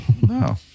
no